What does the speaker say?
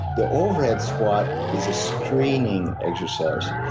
the overhead squat is a screening exercise.